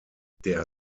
der